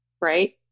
Right